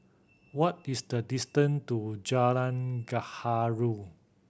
what is the distance to Jalan Gaharu